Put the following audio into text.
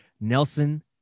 Nelson